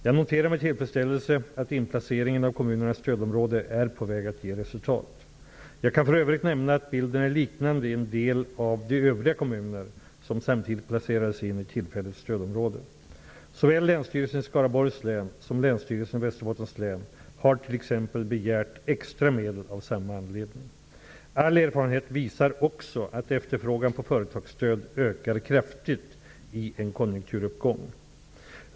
Jag noterar med tillfredsställelse att inplaceringen av kommunerna i stödområde är på väg att ge resultat. Jag kan för övrigt nämna att bilden är liknande i en del av de övriga kommuner som samtidigt placerades in i tillfälligt stödområde. Såväl Länsstyrelsen i Skaraborgs län som Länsstyrelsen i Västerbottens län har t.ex. begärt extra medel av samma anledning. All erfarenhet visar också att efterfrågan på företagsstöd ökar kraftigt i en konjunkturuppgång.